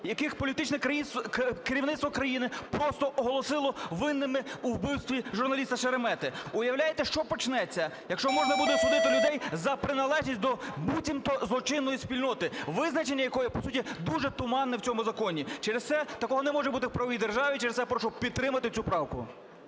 яких політичне керівництво країни просто оголосило винними у вбивстві журналіста Шеремета. Уявляєте, що почнеться, якщо можна буде судити людей за приналежність за буцімто злочинної спільноти, визначення якої, по суті, дуже туманне в цьому законі? Через це, такого не може бути в правовій державі, через це прошу підтримати цю правку.